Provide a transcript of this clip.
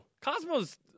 Cosmo's